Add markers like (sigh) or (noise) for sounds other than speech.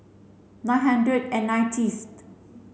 nine hundred and nineties (unintelligible)